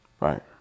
Right